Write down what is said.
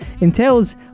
Entails